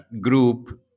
group